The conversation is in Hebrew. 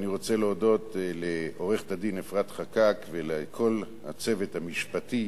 אני רוצה להודות לעורכת-הדין אפרת חקאק ולכל הצוות המשפטי